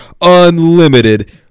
Unlimited